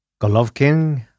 Golovkin